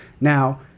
Now